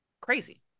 crazy